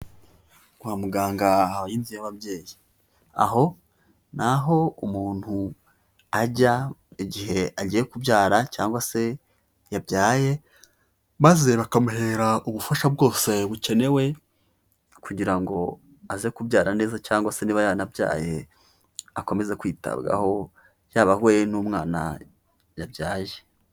Kwa muganga habayo inzu y'ababyeyi. Aho ni aho umuntu ajya igihe agiye kubyara cyangwa se yabyaye, maze bakamuhera ubufasha bwose bukenewe, kugira ngo aze kubyara neza cyangwa se niba yanabyaye akomeza kwitabwaho, yaba we n'umwana yabyaye.